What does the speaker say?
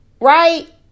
right